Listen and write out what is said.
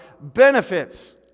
benefits